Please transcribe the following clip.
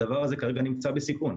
הדבר הזה נמצא בסיכון.